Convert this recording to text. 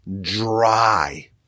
dry